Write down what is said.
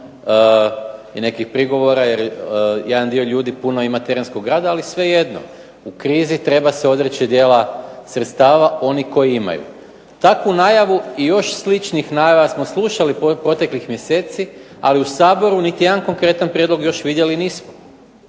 i nekih prigovora jer jedan dio ljudi puno ima terenskog rada, ali svejedno. U krizi treba se odreći dijela sredstava oni koji imaju. Takvu najavu i još sličnih najava smo slušali proteklih mjeseci, ali u Saboru niti jedan konkretan prijedlog još vidjeli nismo.